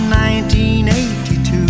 1982